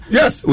yes